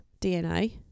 DNA